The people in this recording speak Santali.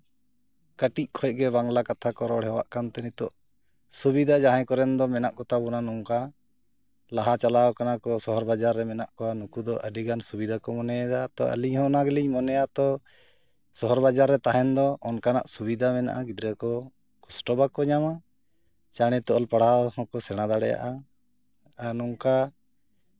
ᱠᱟᱹᱴᱤᱡ ᱠᱷᱚᱡᱜᱮ ᱵᱟᱝᱞᱟ ᱠᱟᱛᱷᱟ ᱠᱚ ᱨᱚᱲ ᱦᱮᱣᱟᱜ ᱠᱟᱱᱛᱮ ᱱᱤᱛᱳᱜ ᱥᱩᱵᱤᱫᱟ ᱡᱟᱦᱟᱸᱭ ᱠᱚᱨᱮᱱ ᱫᱚ ᱢᱮᱱᱟᱜ ᱠᱚᱣᱟ ᱱᱚᱝᱠᱟ ᱞᱟᱦᱟ ᱪᱟᱞᱟᱣ ᱟᱠᱟᱱᱟ ᱠᱚ ᱥᱚᱦᱚᱨ ᱵᱟᱡᱟᱨ ᱨᱮ ᱢᱮᱱᱟᱜ ᱠᱚᱣᱟ ᱱᱩᱠᱩ ᱫᱚ ᱟᱹᱰᱤᱜᱟᱱ ᱥᱩᱵᱤᱫᱟ ᱠᱚ ᱢᱚᱱᱮᱭᱮᱫᱟ ᱛᱚ ᱟᱹᱞᱤᱧᱦᱚᱸ ᱚᱱᱟ ᱜᱮᱞᱤᱧ ᱢᱚᱱᱮᱭᱟ ᱛᱚ ᱥᱚᱦᱚᱨ ᱵᱟᱡᱟᱨ ᱨᱮ ᱛᱟᱦᱮᱱ ᱫᱚ ᱚᱱᱠᱟᱱᱟᱜ ᱥᱩᱵᱤᱫᱟ ᱢᱮᱱᱟᱜᱼᱟ ᱜᱤᱫᱽᱨᱟᱹ ᱠᱚ ᱠᱚᱥᱴᱚ ᱵᱟᱠᱚ ᱧᱟᱢᱟ ᱪᱟᱬᱮᱛᱮ ᱚᱞ ᱯᱟᱲᱦᱟᱣ ᱦᱚᱸᱠᱚ ᱥᱮᱬᱟ ᱫᱟᱲᱮᱭᱟᱜᱼᱟ ᱟᱨ ᱱᱚᱝᱠᱟ